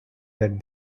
that